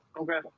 okay